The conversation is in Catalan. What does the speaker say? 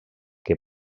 que